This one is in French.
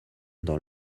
dans